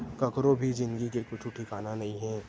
कखरो भी जिनगी के कुछु ठिकाना नइ हे